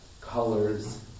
colors